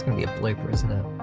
be a bloopers now.